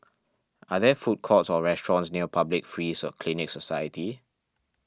are there food courts or restaurants near Public Free Clinic Society